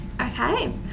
okay